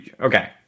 Okay